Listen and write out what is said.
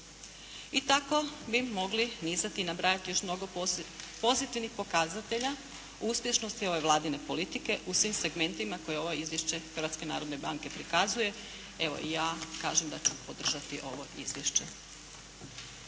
I tako bi mogli nizati i nabrajati još mnogo pozitivnih pokazatelja, o uspješnosti ove Vladine politike u svim segmentima koje ovo Izvješće Hrvatske narodne banke prikazuje. Evo i ja kažem da ću podržati ovo izvješće.